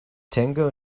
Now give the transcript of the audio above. tango